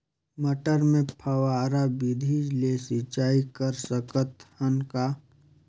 मटर मे फव्वारा विधि ले सिंचाई कर सकत हन का?